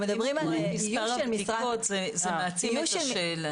מספר הבדיקות מעצים את השאלה.